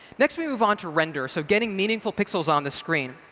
next we move on to render. so, getting meaningful pixels on the screen.